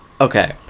Okay